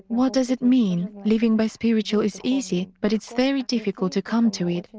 what does it mean living by spiritual is easy, but it's very difficult to come to it,